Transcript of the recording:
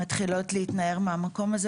מתחילים להתנער מהמקום הזה.